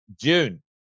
June